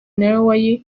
nawe